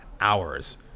hours